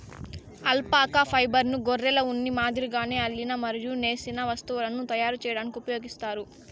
alpaca ఫైబర్ను గొర్రెల ఉన్ని మాదిరిగానే అల్లిన మరియు నేసిన వస్తువులను తయారు చేయడానికి ఉపయోగిస్తారు